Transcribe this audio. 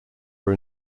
are